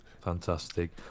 fantastic